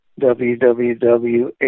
www